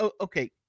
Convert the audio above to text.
okay